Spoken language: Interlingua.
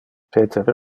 peter